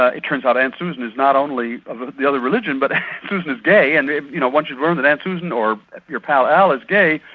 ah it turns out aunt susan is not only of the other religion but aunt susan is gay, and you know, once you've learned that aunt susan or your pal al is gay,